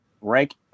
Rank